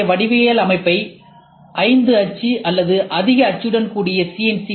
இத்தகைய வடிவியல் அமைப்பை 5 அச்சு அல்லது அதிக அச்சுடன் கூட சி